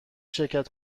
شرکت